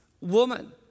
woman